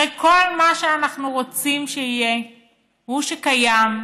הרי כל מה שאנחנו רוצים שיהיה הוא שקיים,